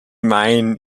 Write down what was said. meinen